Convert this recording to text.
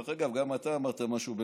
דרך אגב, גם אתה אמרת משהו.